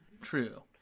True